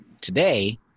today